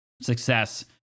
success